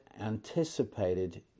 anticipated